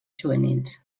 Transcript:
juvenils